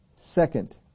second